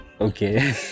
Okay